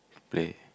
play